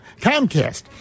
Comcast